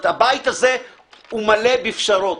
הבית הזה הוא מלא בפשרות.